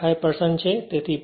5 છે